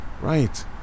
right